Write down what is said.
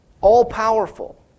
all-powerful